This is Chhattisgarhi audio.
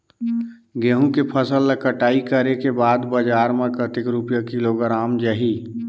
गंहू के फसल ला कटाई करे के बाद बजार मा कतेक रुपिया किलोग्राम जाही?